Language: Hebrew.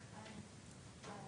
אני ליגל